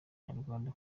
abanyarwanda